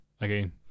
again